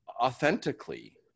authentically